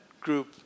group